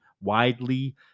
widely